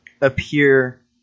appear